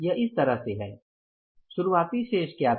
यह इस तरह है शुरुआती शेष क्या था